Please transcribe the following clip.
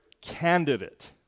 candidate